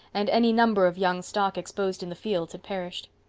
and any number of young stock exposed in the fields had perished.